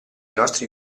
nostri